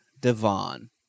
Devon